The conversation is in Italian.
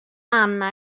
anna